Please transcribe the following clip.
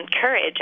courage